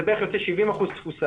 זה בערך יוצא 70% תפוסה,